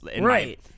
Right